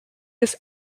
use